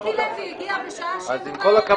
עובדה שמיקי לוי הגיע בשעה 19:00. אז עם כל הכבוד,